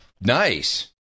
Nice